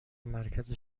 مرکز